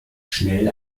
schnell